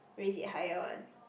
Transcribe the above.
raise it higher one